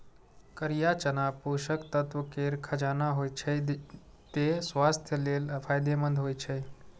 करिया चना पोषक तत्व केर खजाना होइ छै, तें स्वास्थ्य लेल फायदेमंद होइ छै